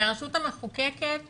הרשות המחוקקת